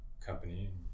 company